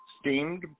steamed